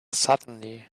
suddenly